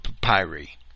papyri